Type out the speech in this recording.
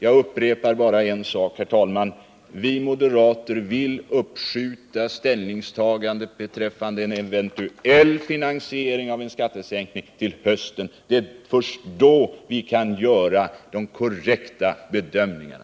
Jag upprepar bara en sak, herr talman: Vi moderater vill uppskjuta ställningstagandet beträffande en eventuell finansiering av en skattesänkning till hösten. Först då kan vi göra de korrekta bedömningarna.